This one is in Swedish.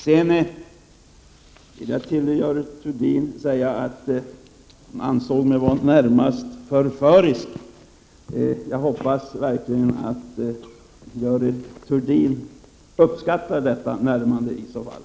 Slutligen till Görel Thurdin med anledning av att hon ansåg mig vara närmast förförisk: Jag hoppas verkligen att Görel Thurdin uppskattar mitt närmande i så fall.